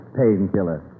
painkiller